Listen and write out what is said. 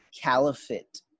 caliphate